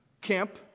Camp